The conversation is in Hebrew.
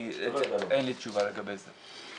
אין לי תשובה לגבי זה.